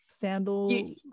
sandal